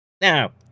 Now